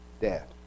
death